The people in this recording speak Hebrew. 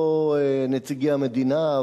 לא נציגי המדינה,